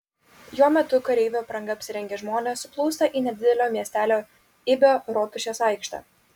jo metu kareivių apranga apsirengę žmonės suplūsta į nedidelio miestelio ibio rotušės aikštę